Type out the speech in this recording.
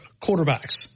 quarterbacks